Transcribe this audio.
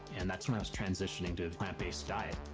and that's when i was transitioning to a plant-based diet.